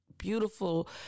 beautiful